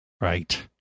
Right